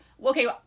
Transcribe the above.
Okay